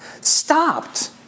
Stopped